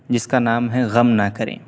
جس کا نام ہے غم نہ کریں